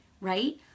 right